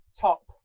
top